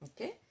Okay